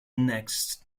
next